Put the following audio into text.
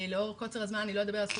לאור קוצר הזמן לא אדבר על הזכות